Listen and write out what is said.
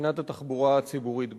מבחינת התחבורה הציבורית בישראל,